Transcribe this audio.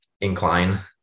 incline